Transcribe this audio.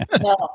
No